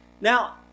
Now